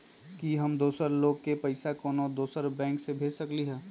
कि हम दोसर लोग के पइसा कोनो दोसर बैंक से भेज सकली ह?